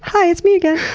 hi, it's me again.